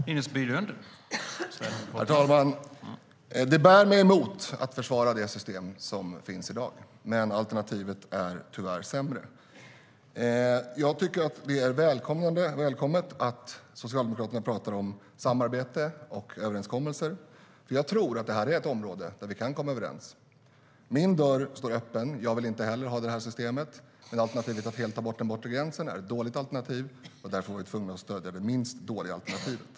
Herr talman! Det bär mig emot att försvara det system som finns i dag, men alternativet är tyvärr sämre.